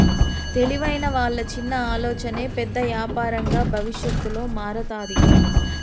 తెలివైన వాళ్ళ చిన్న ఆలోచనే పెద్ద యాపారంగా భవిష్యత్తులో మారతాది